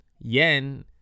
yen